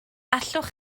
allwch